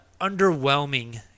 underwhelming